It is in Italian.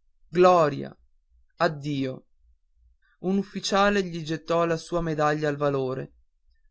evviva gloria addio un ufficiale gli gettò la sua medaglia al valore